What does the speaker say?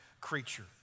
creature